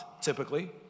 typically